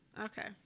Okay